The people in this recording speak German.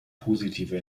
positive